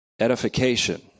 edification